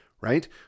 right